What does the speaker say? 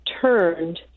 turned